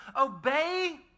Obey